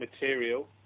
material